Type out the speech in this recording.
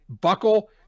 buckle